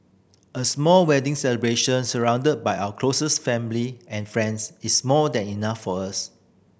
a small wedding celebration surrounded by our closest family and friends is more than enough for us